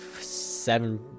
seven